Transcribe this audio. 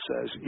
says